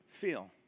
feel